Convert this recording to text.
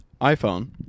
iPhone